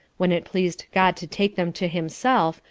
when it pleased god to take them to himself,